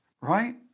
right